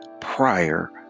prior